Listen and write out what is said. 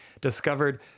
discovered